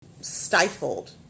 stifled